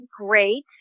great